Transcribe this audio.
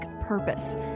purpose